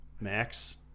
Max